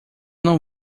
não